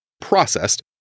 processed